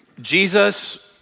Jesus